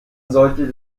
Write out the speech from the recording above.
sollte